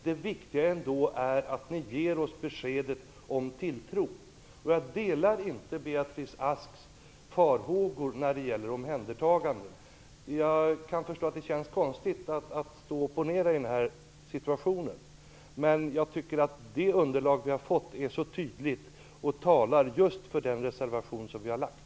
Det viktiga är att de får beskedet om tilltro. Jag delar inte Beatrice Asks farhågor när det gäller omhändertagande. Jag kan förstå att det känns konstigt att stå och opponera i den här situationen. Jag tycker att det underlag vi har fått är så tydligt och talar just för den reservation som vi har lagt.